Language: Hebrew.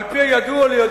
ועל-פי הידוע לי,